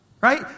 Right